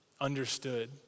understood